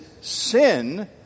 sin